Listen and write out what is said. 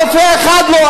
רופא אחד לא,